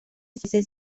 ofrece